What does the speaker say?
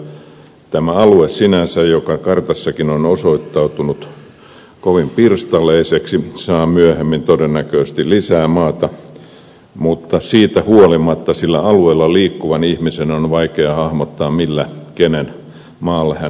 tällä hetkellä tämä alue sinänsä joka kartassakin on osoittautunut kovin pirstaleiseksi saa myöhemmin todennäköisesti lisää maata mutta siitä huolimatta sillä alueella liikkuvan ihmisen on vaikea hahmottaa kenen maalla hän milloinkin on